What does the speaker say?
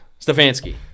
Stefanski